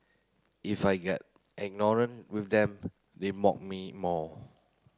if I get ignorant with them they mock me more